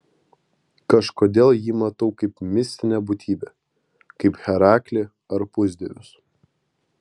kažkodėl jį matau kaip mistinę būtybę kaip heraklį ar pusdievius